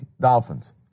Dolphins